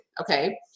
Okay